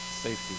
Safety